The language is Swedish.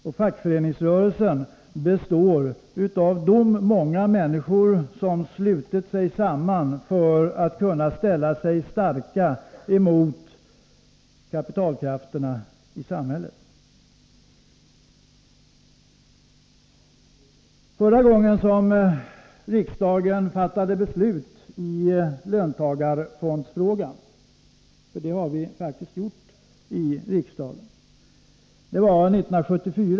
Och fackföreningsrörelsen består av de många människor som har slutit sig samman för att kunna stå starka gentemot kapitalkrafterna i samhället. Förra gången som riksdagen fattade beslut i löntagarfondsfrågan — det har vi faktiskt gjort — var år 1974.